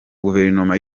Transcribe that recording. guverinoma